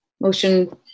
Motion